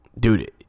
dude